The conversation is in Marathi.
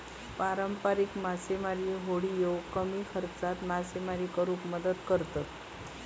पारंपारिक मासेमारी होडिये कमी खर्चात मासेमारी करुक मदत करतत